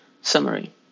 Summary